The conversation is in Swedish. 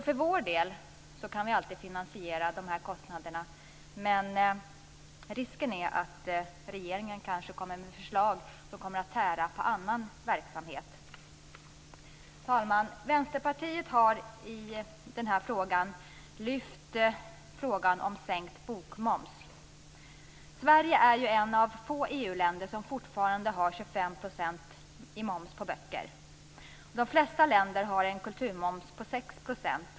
För vår del kan vi alltid finansiera de här kostnaderna. Men risken är att regeringen kanske kommer med förslag som kommer att tära på annan verksamhet. Fru talman! Vänsterpartiet har lyft fram frågan om sänkt bokmoms. Sverige är ett av få EU-länder som fortfarande har 25 % moms på böcker. De flesta länder har en kulturmoms på 6 %.